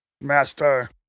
Master